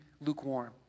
lukewarm